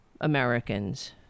Americans